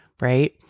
right